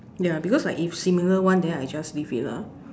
ya because like if similar one then I just leave it lah